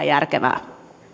järkevää